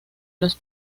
los